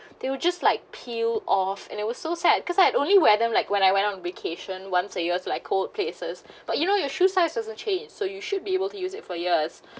they were just like peel off and it was so sad cause I only wear them like when I went on vacation once a year to like cold places but you know your shoe size doesn't change so you should be able to use it for years